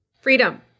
Freedom